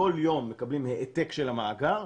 כל יום מקבלים העתק של המאגר,